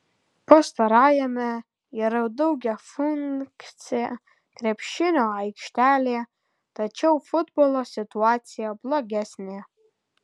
pastarajame yra daugiafunkcė krepšinio aikštelė tačiau futbolo situacija blogesnė